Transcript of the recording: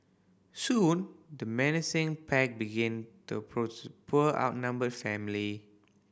soon the menacing pack began to approach poor outnumbered family